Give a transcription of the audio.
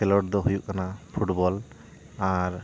ᱠᱷᱮᱞᱳᱰ ᱫᱚ ᱦᱩᱭᱩᱜ ᱠᱟᱱᱟ ᱯᱷᱩᱴᱵᱚᱞ ᱟᱨ